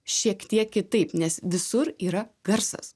šiek tiek kitaip nes visur yra garsas